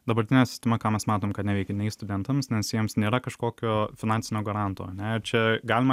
dabartinė sistema ką mes matom kad neveikia nei studentams nes jiems nėra kažkokio finansinio garanto ane ir čia galime